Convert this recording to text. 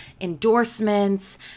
endorsements